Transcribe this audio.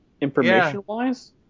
information-wise